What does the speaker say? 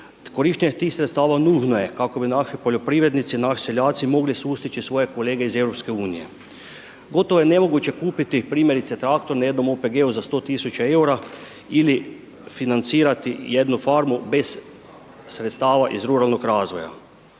korištenje tih sredstava nužno je kako bi naši poljoprivrednici, naši seljaci mogli sustići svoje kolege iz EU. Gotovo je nemoguće kupiti, primjerice traktor na jednom OPG-u, za 100 tisuća eura ili financirati jednu farmu bez sredstava iz ruralnog razvoja.